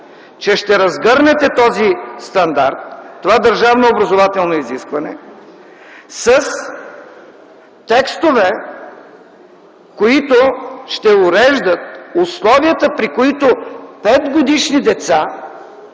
че ще разгърнете този стандарт, това държавно образователно изискване с текстове, които ще уреждат условията, при които петгодишни деца